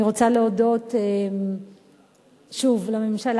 אני רוצה להודות שוב לממשלה,